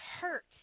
hurt